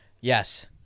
Yes